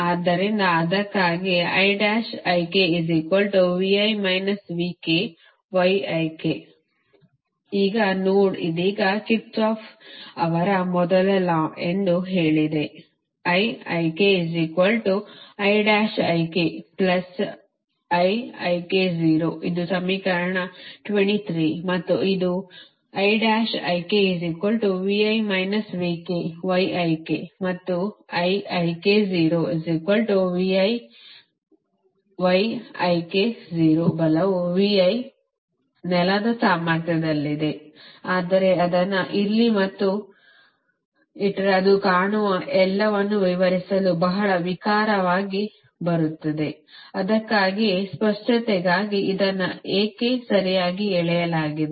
ಆದ್ದರಿಂದ ಅದಕ್ಕಾಗಿಯೇ ಈ ನೋಡ್ ಇದೀಗ ಕಿರ್ಚಾಫ್Kirchhoff's ಅವರ ಮೊದಲ ಲಾ ಎಂದು ಹೇಳಿದೆ ಇದು ಸಮೀಕರಣ 23 ಮತ್ತು ಇದು ಮತ್ತು ಬಲವು ನೆಲದ ಸಾಮರ್ಥ್ಯದಲ್ಲಿದೆ ಆದರೆ ಅದನ್ನು ಇಲ್ಲಿ ಮತ್ತು ಇಲ್ಲಿ ಇಟ್ಟರೆ ಅದು ಕಾಣುವ ಎಲ್ಲವನ್ನೂ ವಿವರಿಸಲು ಬಹಳ ವಿಕಾರವಾಗಿ ಬರುತ್ತದೆ ಅದಕ್ಕಾಗಿಯೇ ಸ್ಪಷ್ಟತೆಗಾಗಿ ಇದನ್ನು ಏಕೆ ಸರಿಯಾಗಿ ಎಳೆಯಲಾಗಿದೆ